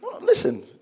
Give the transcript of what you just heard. Listen